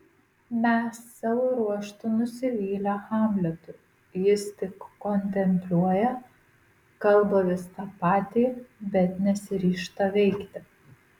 mes savo ruožtu nusivylę hamletu jis tik kontempliuoja kalba vis tą patį bet nesiryžta veikti